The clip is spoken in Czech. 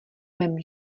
mém